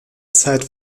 zeit